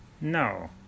No